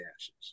ashes